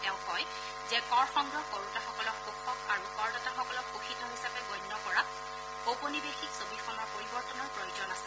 তেওঁ কয় যে কৰ সংগ্ৰহ কৰোঁতাসকলক শোষক আৰু কৰদাতাসকলক শোষিত হিচাপে গণ্য কৰা ঔপনিবেশিক ছবিখনৰ পৰিৱৰ্তনৰ প্ৰয়োজন আছে